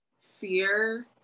fear